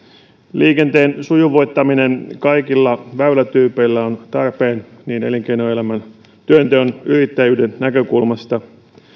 liikenteen sujuvoittaminen kaikilla väylätyypeillä on tarpeen elinkeinoelämän työnteon ja yrittäjyyden näkökulmasta